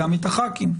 גם בזום.